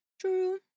True